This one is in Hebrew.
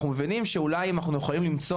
ואנחנו מבינים שאולי אם אנחנו יכולים למצוא